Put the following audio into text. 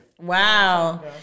Wow